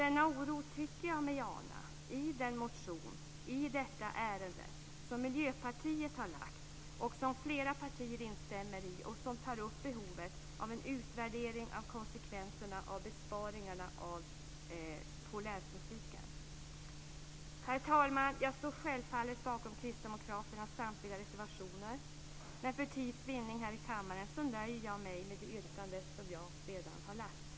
Denna oro tycker jag mig ana i den motion i detta ärende som Miljöpartiet har väckt och som flera partier instämmer i. Motionen tar upp behovet av en utvärdering av konsekvenserna av besparingarna på länsmusiken. Herr talman! Jag står självfallet bakom kristdemokraternas samtliga reservationer, men för tids vinnande här i kammaren nöjer jag mig med det yrkande som jag redan har framställt.